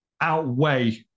outweigh